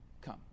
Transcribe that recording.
come